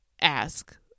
ask